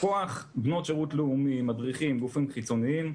כוח בנות שירות לאומי, מדריכים, גופים חיצוניים.